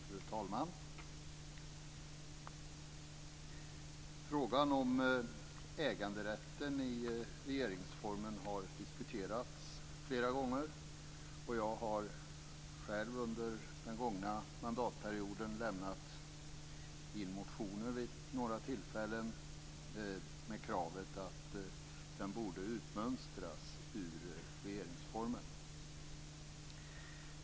Fru talman! Frågan om äganderätten i regeringsformen har diskuterats flera gånger. Jag har själv vid några tillfällen under den gångna mandatperioden lämnat in motioner med krav på att den skall utmönstras ur regeringsformen.